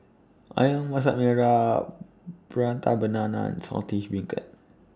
Ayam Masak Merah Prata Banana and Saltish Beancurd